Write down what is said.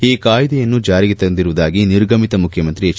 ಈ ಕಾಯ್ದೆಯನ್ನು ಜಾರಿಗೆ ತಂದಿರುವುದಾಗಿ ನಿರ್ಗಮಿತ ಮುಖ್ಯಮಂತ್ರಿ ಎಚ್